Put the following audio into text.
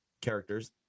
characters